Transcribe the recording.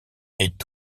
est